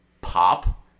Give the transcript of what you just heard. pop